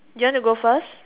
you want to go first